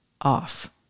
off